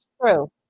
true